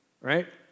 right